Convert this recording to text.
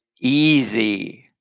easy